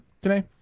today